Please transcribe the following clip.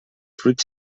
fruit